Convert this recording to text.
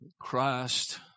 Christ